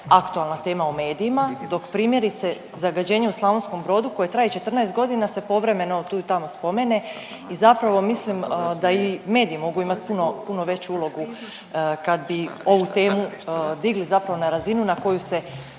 aktualna tema u medijima, dok primjerice, zagađenje u Slavonskom Brodu koje traje 14 godina se povremeno tu i tamo spomene i zapravo mislim da i mediji mogu imat puno veću ulogu kad bi ovu temu digli zapravo na razinu na koju se